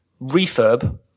Refurb